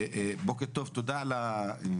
בוקר טוב, תודה על הסקירה.